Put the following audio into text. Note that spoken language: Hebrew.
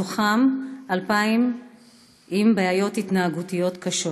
מתוכם 2,000 עם בעיות התנהגותיות קשות.